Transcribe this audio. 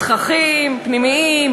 תככים פנימיים,